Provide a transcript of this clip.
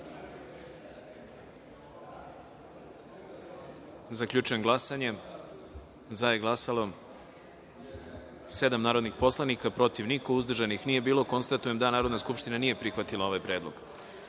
predlog. Zaključujem glasanje: za je glasalo – 13 narodnih poslanika, protiv – niko, uzdržanih – nije bilo. Konstatujem da Narodna skupština nije prihvatila ovaj predlog. Narodni